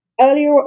earlier